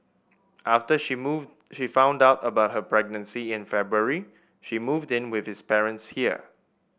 after she move she found out about her pregnancy in February she moved in with his parents here